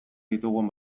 ditugun